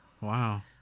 Wow